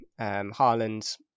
Haaland